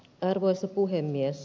arvoisa puhemies